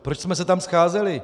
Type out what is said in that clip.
Proč jsme se tam scházeli?